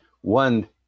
one